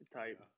type